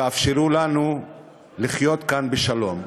אפשרו לנו לחיות כאן בשלום.